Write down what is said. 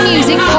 Music